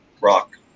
rock